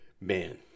man